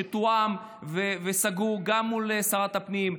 שתואם וסגור גם מול שרת הפנים,